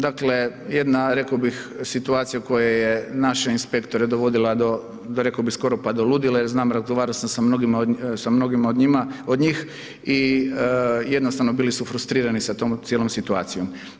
Dakle, jedna reko bih situacija u kojoj je naše inspektora dovodila, reko bih skoro pa do ludila, jer znam razgovarao sam sa mnogima od njima, od njih i jednostavno bili su frustrirani sa tom cijelom situacijom.